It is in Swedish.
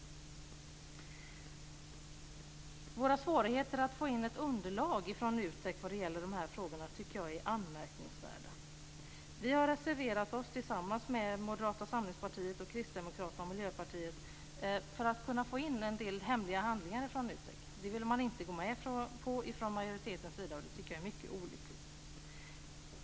Våra svårigheter att få in ett underlag från NU TEK vad gäller dessa frågor är anmärkningsvärda. Folkpartiet har reserverat sig tillsammans med Moderata samlingspartiet, Kristdemokraterna och Miljöpartiet för att kunna få in en del hemliga handlingar från NUTEK. Det vill man inte gå med på från majoritetens sida, och det tycker jag är mycket olyckligt.